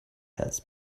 has